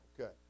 Okay